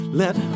let